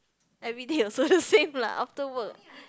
everyday also the same lah after work